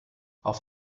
auf